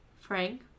Frank